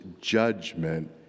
judgment